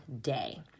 day